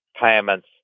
payments